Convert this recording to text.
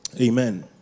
Amen